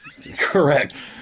Correct